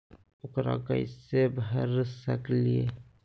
ऊकरा कैसे भर सकीले?